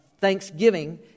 thanksgiving